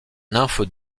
nymphe